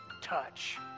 touch